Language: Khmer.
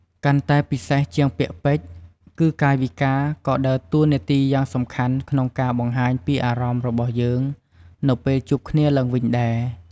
កាន់តែពិសេសជាងពាក្យពេចន៍ គឺកាយវិការក៏ដើរតួនាទីយ៉ាងសំខាន់ក្នុងការបង្ហាញពីអារម្មណ៍របស់យើងនៅពេលជួបគ្នាឡើងវិញដែរ។